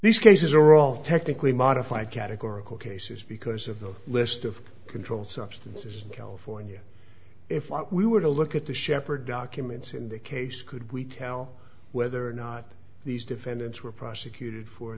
these cases are all technically modified categorical cases because of the list of controlled substances in california if we were to look at the shepherd documents in the case could we tell whether or not these defendants were prosecuted for